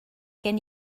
gen